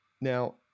Now